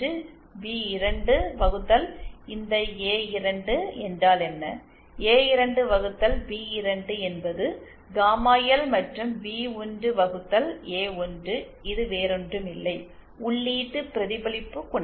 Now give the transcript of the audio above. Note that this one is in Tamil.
பி2 வகுத்தல் இந்த ஏ2 என்றால் என்ன ஏ2 வகுத்தல் பி2 என்பது காமா எல் மற்றும் பி1 வகுத்தல் ஏ1 இது வேறொன்றுமில்லை உள்ளீட்டு பிரதிபலிப்பு குணகம்